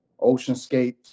oceanscapes